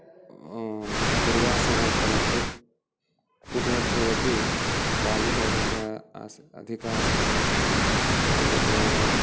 दुर्वासनायुक्तम् आसीत् कूपीमध्येपि वायुः अधिकः आसि अधिका आसीत् त एतत्